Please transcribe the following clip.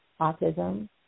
autism